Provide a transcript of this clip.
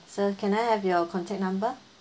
sir can I have your contact number